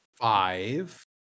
five